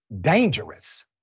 dangerous